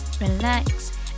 relax